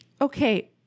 Okay